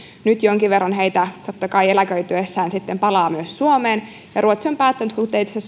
nyt jonkin verran heitä totta kai eläköityessään sitten myös palaa suomeen ja ruotsi on päättänyt kuten itse